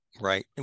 Right